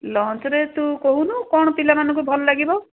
ଲଞ୍ଚରେ ତୁ କହୁନୁ କ'ଣ ପିଲାମାନଙ୍କୁ ଭଲ ଲାଗିବ